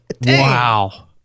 Wow